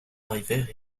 arrivèrent